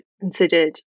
considered